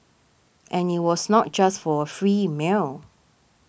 and it was not just for a free meal